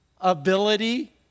ability